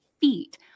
feet